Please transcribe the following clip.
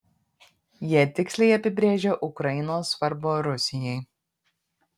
jie tiksliai apibrėžia ukrainos svarbą rusijai